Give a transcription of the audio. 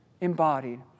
embodied